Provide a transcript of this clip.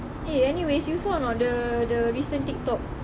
eh anyways you saw or not the the recent TikTok